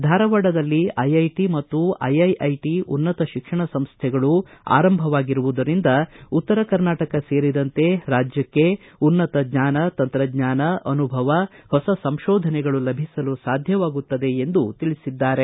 ಧಾರವಾಡದಲ್ಲಿ ಐಐಟಿ ಮತ್ತು ಐಐಐಟಿ ಉನ್ನತ ಶಿಕ್ಷಣ ಸಂಸ್ವೆಗಳು ಆರಂಭವಾಗಿರುವುದರಿಂದ ಉತ್ತರ ಕರ್ನಾಟಕ ಸೇರಿದಂತೆ ರಾಜ್ಕಕ್ಕೆ ಉನ್ನತ ಜ್ವಾನ ತಂತ್ರಜ್ವಾನ ಅನುಭವ ಹೊಸ ಸಂಶೋಧನೆಗಳು ಲಭಿಸಲು ಸಾಧ್ಯವಾಗುತ್ತದೆ ಎಂದು ತಿಳಿಸಿದ್ದಾರೆ